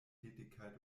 tätigkeit